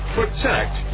protect